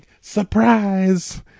surprise